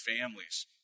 families